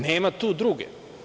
Nema tu druge.